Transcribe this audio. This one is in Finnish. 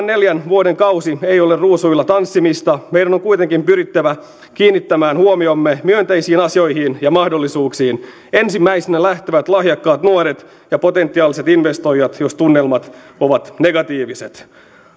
neljän vuoden kausi ei ole ruusuilla tanssimista meidän on kuitenkin pyrittävä kiinnittämään huomiomme myönteisiin asioihin ja mahdollisuuksiin ensimmäisinä lähtevät lahjakkaat nuoret ja potentiaaliset investoijat jos tunnelmat ovat negatiiviset